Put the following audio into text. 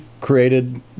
created